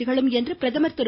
திகழும் என்று பிரதமர் திரு